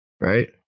right